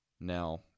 Now